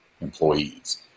employees